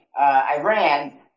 Iran